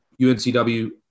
UNCW